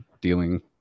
dealing